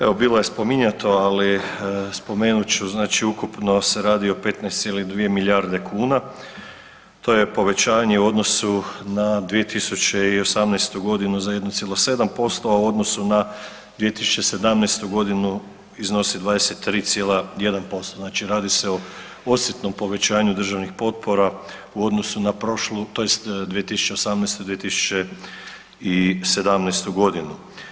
Evo bilo je spominjato ali spomenut ću ukupno se radi o 15,2 milijarde kn, to je povećanje u odnosu na 2008. za 1,7% u odnosu na 2017. g. iznosi 23,1%, znači radi se osjetnom povećanju državnih potpora u odnosu na prošlu tj. 2018., 2017. godinu.